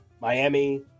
Miami